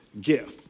gift